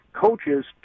coaches